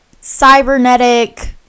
cybernetic